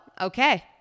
okay